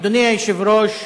אדוני היושב-ראש,